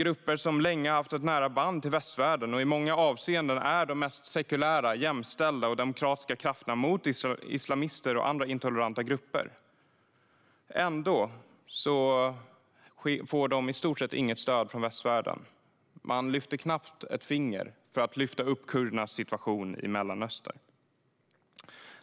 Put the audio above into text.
Kurderna har länge haft ett nära band till västvärlden och är i många avseenden de mest sekulära, jämställda och demokratiska krafterna mot islamister och andra intoleranta grupper. Ändå får de i stort sett inget stöd från västvärlden. Man lyfter knappt ett finger för att lyfta upp kurdernas situation i Mellanöstern.